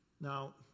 Now